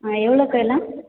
எவ்வளோக்கா எல்லாம்